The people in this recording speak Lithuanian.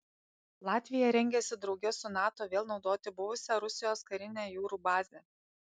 latvija rengiasi drauge su nato vėl naudoti buvusią rusijos karinę jūrų bazę